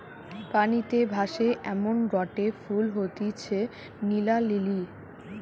পানিতে ভাসে এমনগটে ফুল হতিছে নীলা লিলি